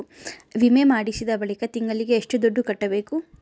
ವಿಮೆ ಮಾಡಿಸಿದ ಬಳಿಕ ತಿಂಗಳಿಗೆ ಎಷ್ಟು ದುಡ್ಡು ಕಟ್ಟಬೇಕು?